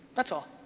that's all.